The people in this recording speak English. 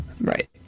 Right